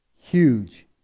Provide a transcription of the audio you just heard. Huge